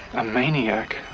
a maniac.